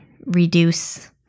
reduce